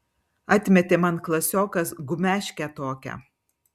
atmetė man klasiokas gumeškę tokią